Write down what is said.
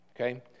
Okay